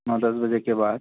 نو دس بجے کے بعد